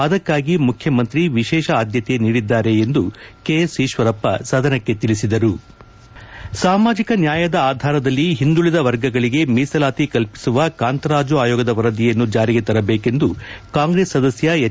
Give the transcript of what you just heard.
ಆದಕ್ಕಾಗಿ ಮುಖ್ಯಮಂತ್ರಿ ವಿಶೇಷ ಆದ್ಕತೆ ನೀಡಿದ್ದಾರೆ ಎಂದು ಕೆಎಸ್ ಈಶ್ವರಪ್ಪ ಸದನಕ್ಕೆ ತಿಳಿಸಿದರು ಸಾಮಾಜಿಕ ನ್ಯಾಯದ ಆಧಾರದಲ್ಲಿ ಒಂದುಳದ ವರ್ಗಗಳಿಗೆ ಮೀಸಲಾತಿ ಕಲ್ಪಿಸುವ ಕಾಂತರಾಜು ಅಯೋಗದ ವರದಿಯನ್ನು ಜಾರಿಗೆ ತರಬೇಕೆಂದು ಕಾಂಗ್ರೆಸ್ ಸದಸ್ಯ ಹೆಚ್